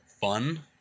fun